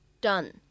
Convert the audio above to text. done